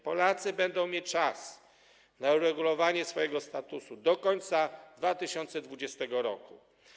Polacy będą mieć czas na uregulowanie swojego statusu do końca 2020 r.